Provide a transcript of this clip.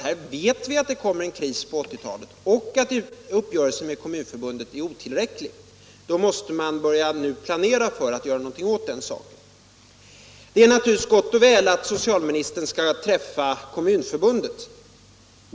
Här vet vi ju att det kommer en kris på 1980-talet och att uppgörelsen med Kommunförbundet är otillräcklig, och då måste man börja planera för att gör någonting åt den saken. Det är naturligtvis gott och väl att socialministern skall diskutera med Kommunförbundet.